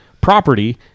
property